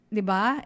Diba